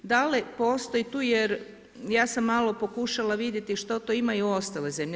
Da li postoji tu, jer ja sam malo pokušala vidjeti što to imaju ostale zemlje.